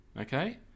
Okay